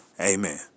amen